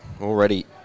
Already